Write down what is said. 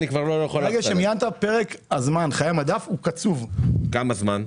כמה זמן?